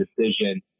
decision